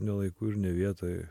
ne laiku ir ne vietoj